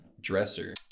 dresser